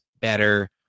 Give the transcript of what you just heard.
Better